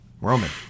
Roman